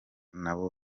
nabo